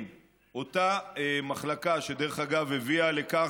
אין מחלוקת על כך